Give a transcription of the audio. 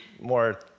more